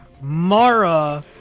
Mara